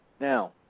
Now